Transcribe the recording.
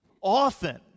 often